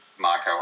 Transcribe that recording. Marco